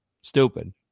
stupid